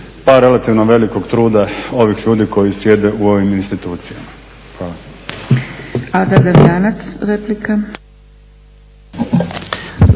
pa relativno velikog truda ovih ljudi koji sjede u ovim institucijama. Hvala.